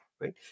right